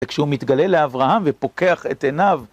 וכשהוא מתגלה לאברהם ופוקח את עיניו